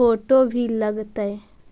Photo भी लग तै?